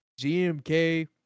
GMK